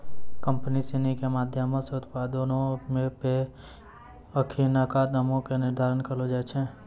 company सिनी के माधयमो से उत्पादो पे अखिनका दामो के निर्धारण करलो जाय छै